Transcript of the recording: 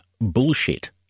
bullshit